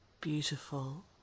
beautiful